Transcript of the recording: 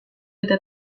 eta